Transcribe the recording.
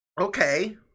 okay